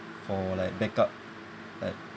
for like back up like